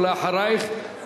ואחרייך,